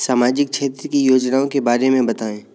सामाजिक क्षेत्र की योजनाओं के बारे में बताएँ?